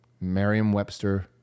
Merriam-Webster